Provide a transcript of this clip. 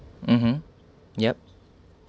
mmhmm yup